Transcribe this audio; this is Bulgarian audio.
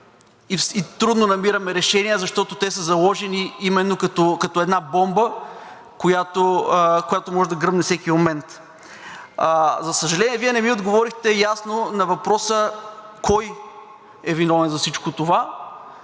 и трудно намираме решения, защото те са заложени именно като една бомба, която може да гръмне всеки момент. За съжаление, Вие не ми отговорихте ясно на въпроса: кой е виновен за всичко това